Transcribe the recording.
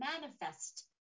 manifest